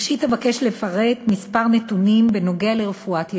ראשית אבקש לפרט כמה נתונים בנוגע לרפואת ילדים.